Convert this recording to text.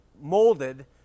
molded